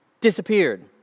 disappeared